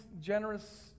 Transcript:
generous